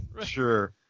Sure